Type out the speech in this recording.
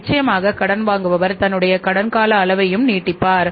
நிச்சயமாக கடன் வாங்குவார் தன்னுடைய கடன் கால அளவையும் நீடிப்பார்